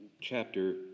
chapter